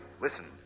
Listen